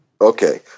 Okay